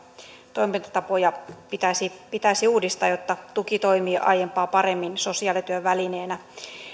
toimintatapoja pitäisi pitäisi uudistaa jotta tuki toimii aiempaa paremmin sosiaalityön välineenä